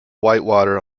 whitewater